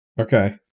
Okay